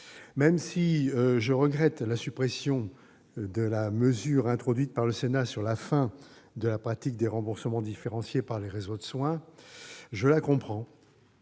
Même si je regrette la suppression de la mesure introduite par le Sénat pour mettre un terme à la pratique des remboursements différenciés par les réseaux de soins, je la comprends